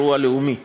אירוע לאומי,